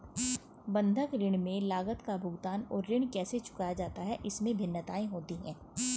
बंधक ऋण में लागत का भुगतान और ऋण कैसे चुकाया जाता है, इसमें भिन्नताएं होती हैं